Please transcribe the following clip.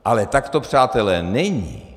Ale tak to, přátelé, není.